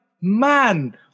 man